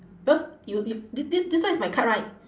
because you you th~ th~ this one is my card right